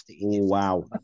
wow